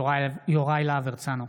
יוראי להב הרצנו,